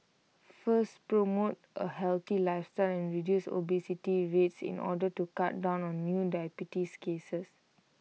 first promote A healthy lifestyle and reduce obesity rates in order to cut down on new diabetes cases